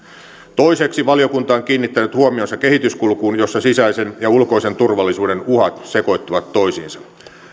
toiseksi valiokunta on kiinnittänyt huomionsa kehityskulkuun jossa sisäisen ja ulkoisen turvallisuuden uhat sekoittuvat toisiinsa